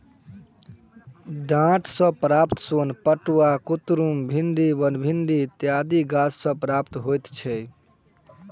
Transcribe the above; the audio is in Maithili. डांट सॅ प्राप्त सोन पटुआ, कुतरुम, भिंडी, बनभिंडी इत्यादि गाछ सॅ प्राप्त होइत छै